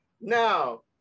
Now